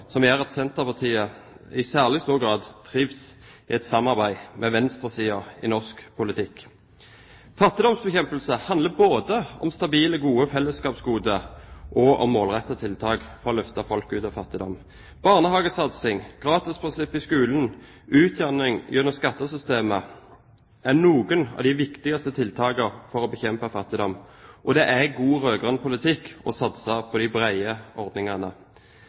som gjør at Senterpartiet i særlig stor grad trives i et samarbeid med venstresiden i norsk politikk. Fattigdomsbekjempelse handler både om stabile, gode fellesskapsgoder og om målrettede tiltak for å løfte folk ut av fattigdom. Barnehagesatsing, gratisprinsippet i skolen og utjamning gjennom skattesystemet er noen av de viktigste tiltakene for å bekjempe fattigdom, og det er god rød-grønn politikk å satse på de brede ordningene.